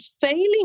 failing